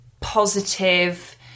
positive